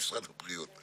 במרכז שיקום בצפון,